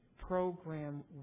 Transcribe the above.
program